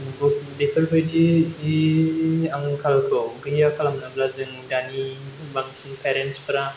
बेफोरबायदि आंखालखौ गैया खालामनोब्ला जों दानि बांसिन पेरेन्ट्सफोरा